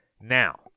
Now